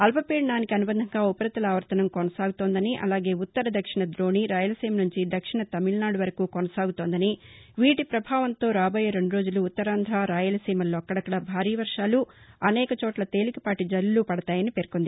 అల్పపీదనానికి అనుబంధంగా ఉపరితల ఆవర్తనం కొనసాగుతోందని అలాగే ఉత్తర దక్షిణ దోణి రాయలసీమ నుంచి దక్షిణ తమిళనాడు వరకు కొనసాగుతోందని వీటి పభావంతో రాబోయే రెండు రోజులు ఉత్తరాంధ్ర రాయలసీమల్లో అక్కడక్కడ భారీ వర్వాలు అనేకచోట్ల తేలికపాటి జల్లులు పడతాయని పేర్కొంది